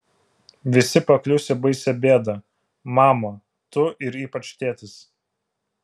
visi paklius į baisią bėdą mama tu ir ypač tėtis